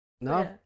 No